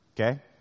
Okay